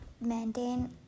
maintain